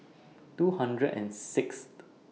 two hundred and six